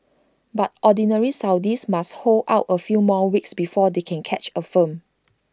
but Ordinary Saudis must hold out A few more weeks before they can catch A film